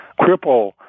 cripple